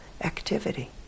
activity